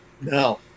No